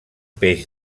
peix